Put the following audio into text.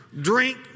drink